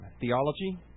theology